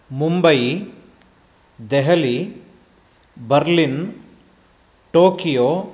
Mumbai Delhi Berlin Tokyo